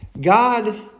God